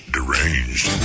Deranged